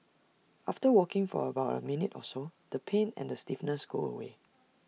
after walking for about A minute or so the pain and stiffness go away